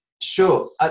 Sure